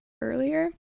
earlier